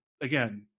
again